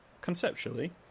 Conceptually